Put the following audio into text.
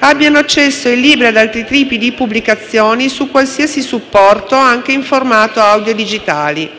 abbiano accesso ai libri e ad altri tipi di pubblicazioni su qualsiasi supporto, anche in formati audio digitali.